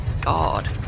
god